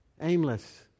aimless